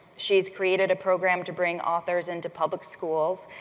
she's created a program to bring authors into public schools,